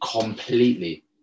Completely